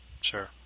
Sure